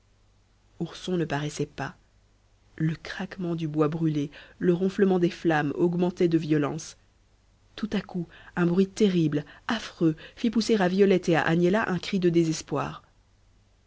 ourson ne paraissait pas le craquement du bois brûlé le ronflement des flammes augmentaient de violence tout à coup un bruit terrible affreux fit pousser à violette et à agnella un cri de désespoir